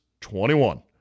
21